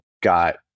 got